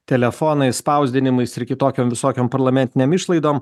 telefonais spausdinimais ir kitokiom visokiom parlamentinėms išlaidom